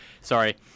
Sorry